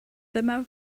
dyma